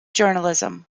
journalism